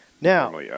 Now